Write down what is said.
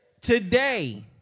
Today